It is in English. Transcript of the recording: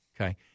Okay